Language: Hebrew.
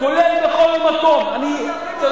אתם לא מדברים, אף